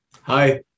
Hi